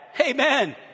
Amen